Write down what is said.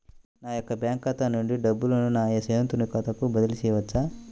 నా యొక్క బ్యాంకు ఖాతా నుండి డబ్బులను నా స్నేహితుని ఖాతాకు బదిలీ చేయవచ్చా?